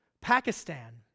Pakistan